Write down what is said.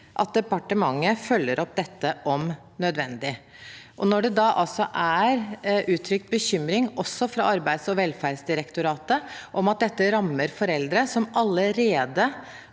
at departementet følger opp dette om nødvendig.» Når det altså er uttrykt bekymring også fra Arbeidsog velferdsdirektoratet om at dette rammer foreldre som allerede